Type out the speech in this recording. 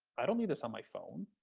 i don't need this on my phone.